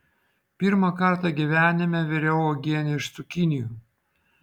pirmą kartą gyvenime viriau uogienę iš cukinijų